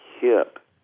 hip